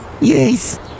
Yes